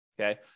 Okay